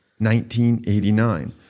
1989